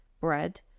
bread